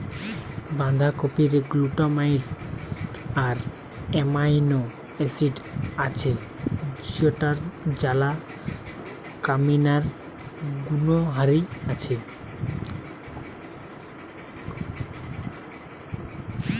বাঁধাকপিরে glutamine আর amino acid আছে যৌটার জ্বালা কমানিয়ার গুণহারি আছে